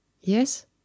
Yes